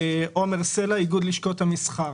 עומר סלע, איגוד לשכות המסחר.